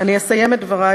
אני אסיים את דברי,